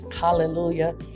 hallelujah